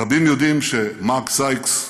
רבים יודעים שמארק סייקס,